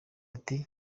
ati